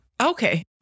Okay